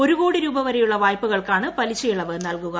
ഒരു കോടി രൂപ വരെയുള്ള വായ്പകൾക്കാണ് പലിശ ഇളവ് നൽകുക